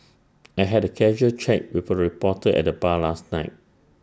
I had A casual chat with A reporter at the bar last night